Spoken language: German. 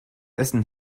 essen